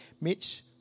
Mitch